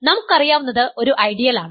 നമുക്കറിയാവുന്നത് ഒരു ഐഡിയൽ ആണ്